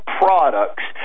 products